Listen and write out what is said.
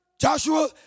Joshua